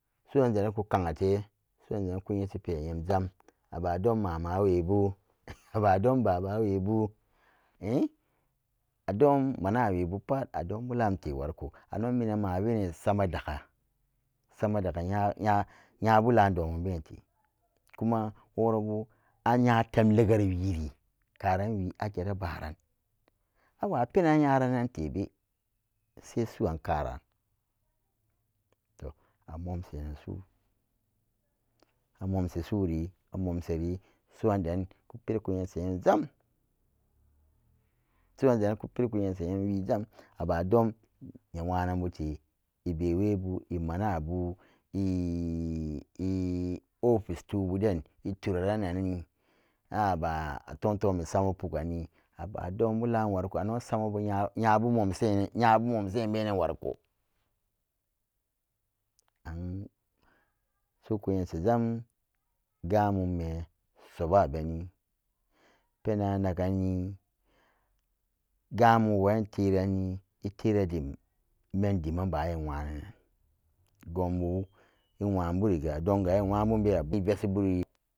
Su'an deranku kang'ate su'anderan ku nyeshi pira nyam jam aba dom mama webu aba dom babawebu ehn adom manawebu put adombu lam worikoh ano-minan maa bene sama dakka sama dakka nya, nya-nyabu lamdoman been te kuma worabo a'nya tem legari wiiri karen wii agera-abaran awa penan nyara n-non tebe se su'an karan to amomsa nan su'u a momsi suri a'mmsari su'an deran kupiriku nyesa nyam wiijam aba dom nee nwananbu te ebewebu emanabu eofis tubuden eturara nanni an'aba tomtomi sama peigganni aba dombu lam wariko ano samabu nya-nyabu momsenere nyabu momsena warikoh an su'uku nyesa jam gaan mume sobbaben. pena anagni ga'an mumwo'an eteranni etera dim men diman baan iya nwana-nan go'on bu i'nwaburiga donga i'nwabune.